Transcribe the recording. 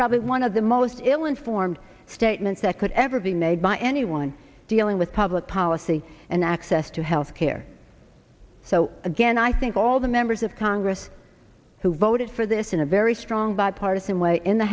probably one of the most ill informed statements that could ever be made by anyone dealing with public policy and access to health care so again i think all the members of congress who voted for this in a very strong bipartisan way in the